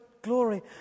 glory